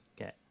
Okay